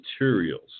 materials